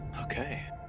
Okay